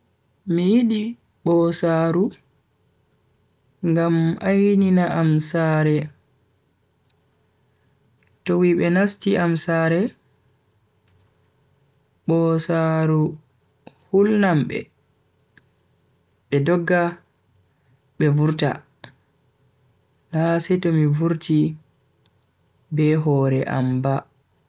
Mi yidi bosaaru ngam ainina am sare. to wuibe nasti am saare bosaaru hulnam be be dogga be vurta na seto mi vurti be hore am ba.